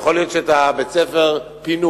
יכול להיות שאת בית-הספר פינו.